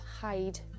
hide